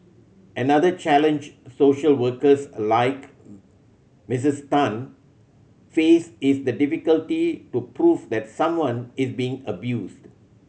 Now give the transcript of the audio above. another challenge social workers like Missis Tan face is the difficulty to prove that someone is being abused